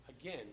again